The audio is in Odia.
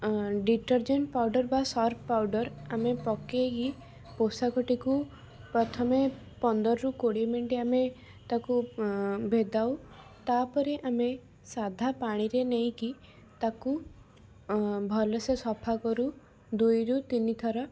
ଡିଟରଜେଣ୍ଟ ପାଉଡ଼ର ବା ସର୍ପ ପାଉଡ଼ର ଆମେ ପକାଇକି ପୋଷାକଟିକୁ ପ୍ରଥମେ ପନ୍ଦରରୁ କୋଡ଼ିଏ ମିନିଟ୍ ଆମେ ତାକୁ ଭେଦାଉ ତାପରେ ଆମେ ସାଧା ପାଣିରେ ନେଇକି ତାକୁ ଭଲ ସେ ସଫା କରୁ ଦୁଇରୁ ତିନି ଥର